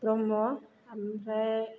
ब्रह्म ओमफ्राय